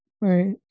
right